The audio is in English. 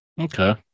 Okay